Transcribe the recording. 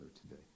today